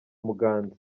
muganza